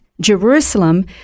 Jerusalem